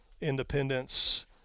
Independence